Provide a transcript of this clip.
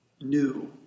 new